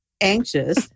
anxious